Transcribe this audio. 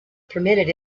permitted